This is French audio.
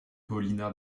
paulina